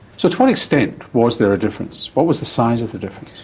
so to what extent was there a difference? what was the size of the difference?